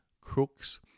crooks